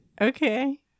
Okay